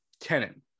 tenant